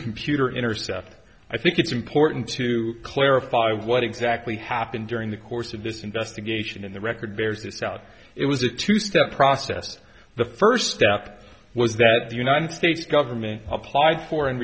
computer intercept i think it's important to clarify what exactly happened during the course of this investigation and the record bears this out it was a two step process the first step was that the united states government applied for